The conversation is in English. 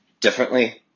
differently